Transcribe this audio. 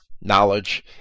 Knowledge